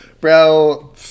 bro